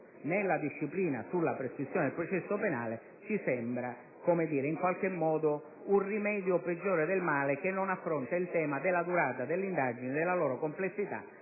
nella disciplina sulla prescrizione del processo penale ci sembra un rimedio peggiore del male, che non affronta il tema della durata delle indagini nella loro complessità,